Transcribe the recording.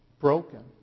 broken